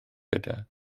gyda